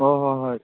ꯍꯣꯏ ꯍꯣꯏ ꯍꯣꯏ